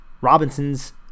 Robinson's